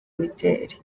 imideli